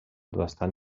bastant